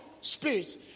spirit